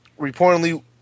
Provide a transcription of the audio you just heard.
reportedly